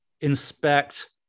inspect